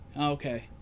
okay